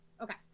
Okay